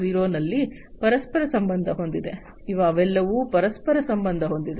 0 ನಲ್ಲಿ ಪರಸ್ಪರ ಸಂಬಂಧ ಹೊಂದಿದೆ ಅವೆಲ್ಲವೂ ಪರಸ್ಪರ ಸಂಬಂಧ ಹೊಂದಿವೆ